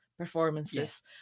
performances